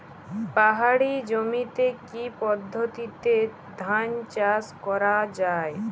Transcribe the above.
পাহাড়ী জমিতে কি পদ্ধতিতে ধান চাষ করা যায়?